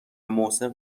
محسن